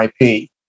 IP